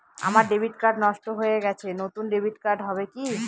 আমার debit card নষ্ট হয়ে গেছে নূতন ডেবিট কার্ড হবে কি?